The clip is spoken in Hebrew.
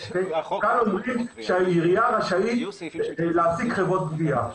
כתוב שהעירייה רשאית להעסיק חברות גבייה.